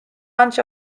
branch